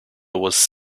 was